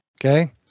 okay